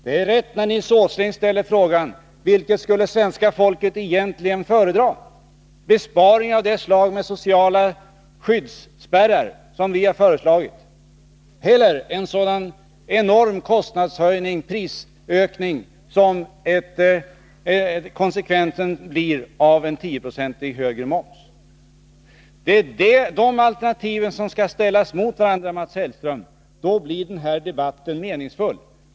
Det är rätt när Nils Åsling ställer frågan: Vilket skulle svenska folket egentligen föredra — besparingar av det slag som vi har föreslagit, med sociala skyddsspärrar, eller en sådan enorm kostnadsoch prisökning som konsekvensen blir av en 10-procentigt högre moms? Det är de alternativen som skall ställas mot varandra, Mats Hellström. Då blir den här debatten meningsfull.